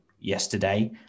yesterday